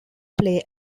play